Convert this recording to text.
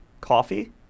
coffee